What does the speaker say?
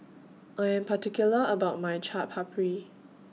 I Am particular about My Chaat Papri